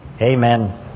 Amen